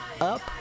up